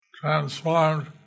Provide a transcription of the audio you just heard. transformed